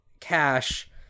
cash